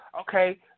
okay